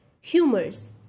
humors